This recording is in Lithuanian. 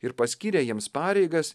ir paskyrė jiems pareigas